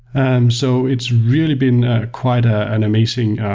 and so it's really been quite ah an amazing